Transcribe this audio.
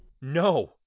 No